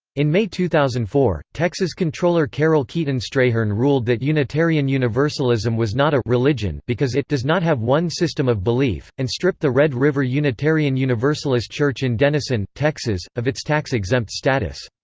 in may two thousand and four, texas comptroller carole keeton strayhorn ruled that unitarian universalism was not a religion because it does not have one system of belief, and stripped the red river unitarian universalist church in denison, texas, of its tax-exempt status.